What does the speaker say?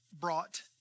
brought